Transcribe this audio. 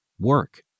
work